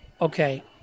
okay